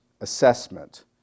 assessment